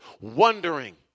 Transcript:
wondering